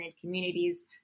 communities